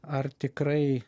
ar tikrai